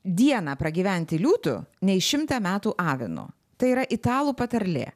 dieną pragyventi liūtu nei šimtą metų avinu tai yra italų patarlė